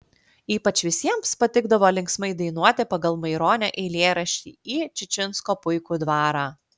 ypač visiems patikdavo linksmai dainuoti pagal maironio eilėraštį į čičinsko puikų dvarą